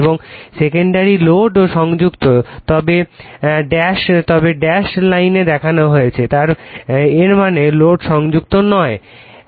এবং সেকেন্ডারি লোডেও সংযুক্ত তবে ড্যাশ লাইনে দেখানো হয়েছে এর মানে লোড সংযুক্ত নয়